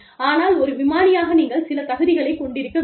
ஆனால் ஒரு விமானியாக நீங்கள் சில தகுதிகளை கொண்டிருக்க வேண்டும்